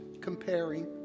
comparing